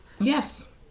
Yes